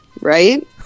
Right